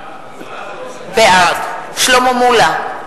בעד שלמה מולה,